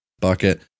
bucket